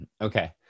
Okay